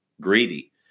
greedy